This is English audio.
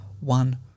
one